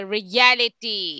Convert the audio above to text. Reality